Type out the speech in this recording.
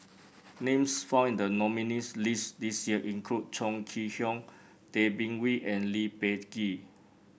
names found in the nominees' list this year include Chong Kee Hiong Tay Bin Wee and Lee Peh Gee